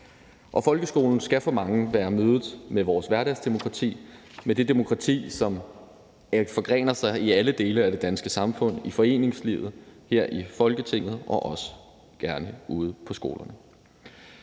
Folkeskolen skal for de mange være mødet med vores hverdagsdemokrati, med det demokrati, som forgrener sig i alle dele af det danske samfund, i foreningslivet, her i Folketinget og også gerne ude på skolerne.